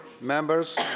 members